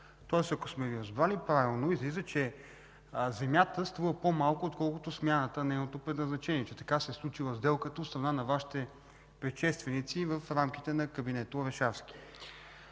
Тоест, ако сме Ви разбрали правилно, излиза, че земята струва по-малко отколкото смяната на нейното предназначение – така се е сключила сделката от страна на Вашите предшественици в рамките на кабинета Орешарски.